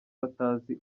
batazi